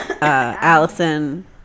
Allison